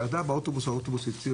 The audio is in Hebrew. ירדה מהאוטובוס שהזיזו את הציר